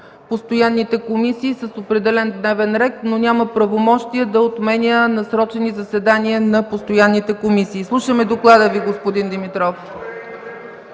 постоянните комисии с определен дневен ред, но няма правомощия да отменя насрочени заседания на постоянните комисии. Господин Димитров,